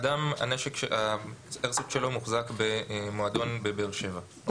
אדם שהאיירסופט שלו מוחזק במועדון בבאר שבע,